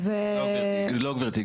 לא, גברתי.